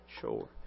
Sure